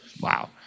Wow